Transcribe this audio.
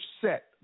set